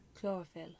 chlorophyll